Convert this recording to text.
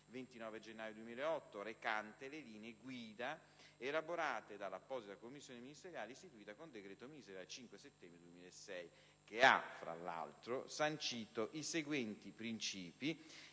29 gennaio 2008, recante le linee guida elaborate dall'apposita commissione ministeriale istituita con decreto ministeriale 5 settembre 2006 che ha, fra l'altro, sancito i seguenti principi